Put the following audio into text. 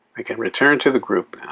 i can return to the group